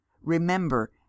remember